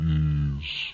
ease